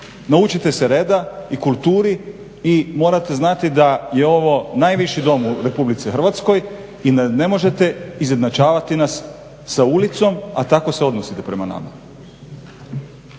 Naučite se reda i kulturi i morate znati da je ovo najviši dom u Republici Hrvatskoj i da ne možete izjednačavati nas sa ulicom, a tako se odnosite prema nama.